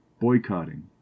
boycotting